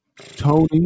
Tony